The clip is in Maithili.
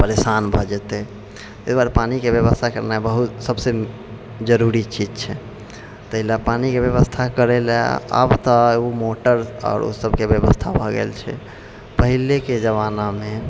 परेशान भऽ जेतै तैं दुआरे पानिके व्यवस्था करनाइ बहुत सबसँ जरूरी चीज छै ताहि लए पानिके व्यवस्था करै लेल आब तऽ उ मोटर सबके व्यवस्था भऽ गेल छै पहिलेके जमानामे